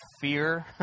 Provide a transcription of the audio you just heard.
fear